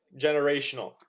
generational